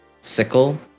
sickle